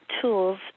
tools